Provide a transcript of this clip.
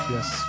Yes